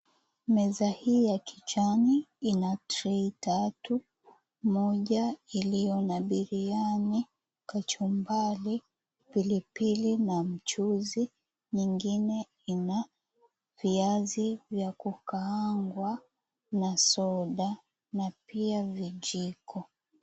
Meza hii ya kijani ina trey tatu. Moja iliyo na biriani, kachumbari, pilipili na mchuzi. Nyingine ina viazi vya kukaangwa na soda na pia vijiko.